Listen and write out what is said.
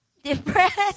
depressed